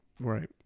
right